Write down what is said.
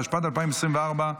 התשפ"ד 2024,